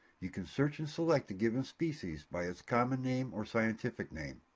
you can search and select a given species by its common name or scientific name.